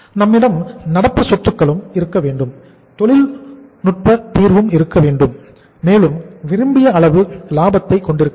நம்மிடம் நடப்பு சொத்துக்களும் இருக்க வேண்டும் தொழில்நுட்ப தீர்வும் இருக்க வேண்டும் மேலும் விரும்பிய அளவு லாபத்தையும் கொண்டிருக்கவேண்டும்